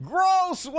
Gross